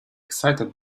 excited